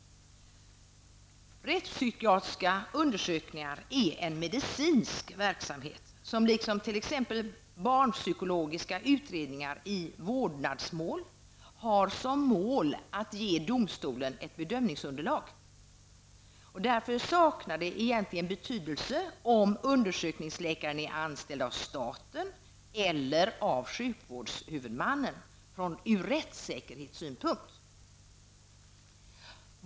Rättspsykiatriska undersökningar utgör en medicinsk verksamhet som -- liksom t.ex. barnpsykologiska undersökningar i vårdnadstvister -- har som mål att ge domstolen ett bedömningsunderlag. Därför saknar det egentligen betydelse ur rättssäkerhetssynpunkt om undersökningsläkaren är anställd av staten eller av sjukvårdshuvudmannen.